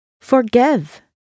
forgive